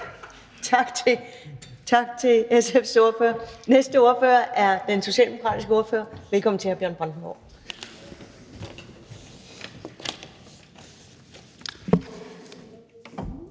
Tak til SF's ordfører. Den næste ordfører er den socialdemokratiske ordfører. Velkommen til hr. Bjørn Brandenborg.